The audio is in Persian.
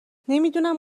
نمیدونم